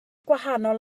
gwahanol